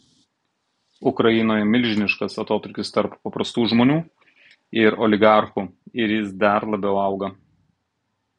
ukrainoje milžiniškas atotrūkis tarp paprastų žmonių ir oligarchų ir jis dar labiau auga